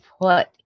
put